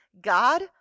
god